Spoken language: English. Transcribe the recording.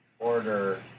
Order